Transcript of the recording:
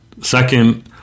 Second